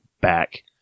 back